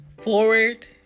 forward